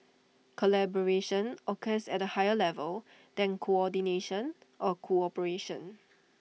collaboration occurs at A higher level than coordination or cooperation